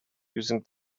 using